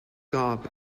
garb